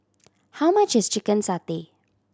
how much is chicken satay